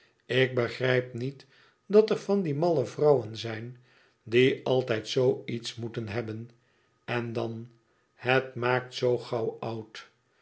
ik begrijp niet dat er van die malle vrouwen zijn die altijd zoo iets moeten hebben en dan het maakt zoo gauw oud